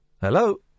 Hello